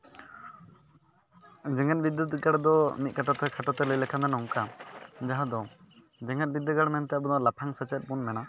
ᱡᱮᱜᱮᱛ ᱵᱤᱫᱽᱫᱟᱹᱜᱟᱲ ᱫᱚ ᱢᱤᱫ ᱠᱟᱛᱷᱟ ᱛᱮ ᱠᱷᱟᱴᱚ ᱛᱮ ᱞᱟᱹᱭ ᱞᱮᱠᱷᱟᱱ ᱫᱚ ᱱᱚᱝᱠᱟ ᱡᱟᱦᱟᱸ ᱫᱚ ᱡᱮᱜᱮᱛ ᱫᱵᱤᱫᱽᱫᱟᱹᱜᱟᱲ ᱢᱮᱱᱛᱮ ᱟᱵᱚ ᱱᱚᱣᱟ ᱞᱟᱯᱷᱟᱝ ᱥᱮᱪᱮᱫ ᱵᱚᱱ ᱢᱮᱱᱟ